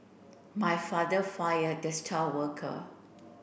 my father fired the star worker